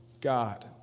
God